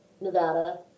Nevada